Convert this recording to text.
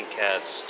cats